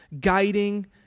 guiding